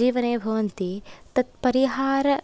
जीवने भवन्ति तत् परिहार